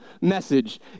message